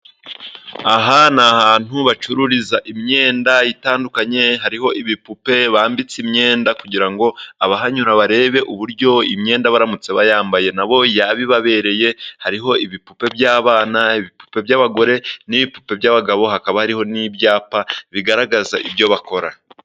Aha ni ahantu bacururiza imyenda itandukanye, hariho ibipupe bambitse imyenda kugira ngo abahanyura barebe uburyo imyenda baramutse bayambaye nabo yaba ibabereye. Hariho ibipupe by'abana, iby'abagore n'ibipupe by'abagabo, hakaba hariho n'ibyapa bigaragaza ibyo bakora.